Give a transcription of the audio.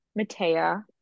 Matea